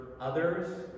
others